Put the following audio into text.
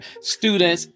students